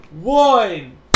one